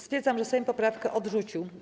Stwierdzam, że Sejm poprawkę odrzucił.